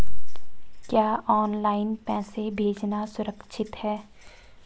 क्या ऑनलाइन पैसे भेजना सुरक्षित है?